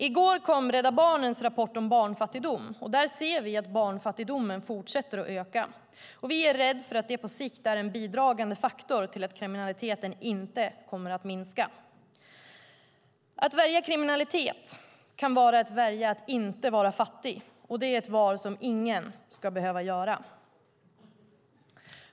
I går kom Rädda Barnens rapport om barnfattigdom, och i den ser vi att barnfattigdomen fortsätter att öka. Vi är rädda att detta på sikt är en bidragande faktor till att kriminaliteten inte kommer att minska. Att välja kriminalitet kan vara att välja att inte vara fattig, och det är ett val som ingen ska behöva göra.